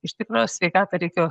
iš tikro sveikatą reikia